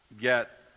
get